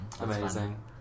Amazing